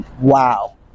Wow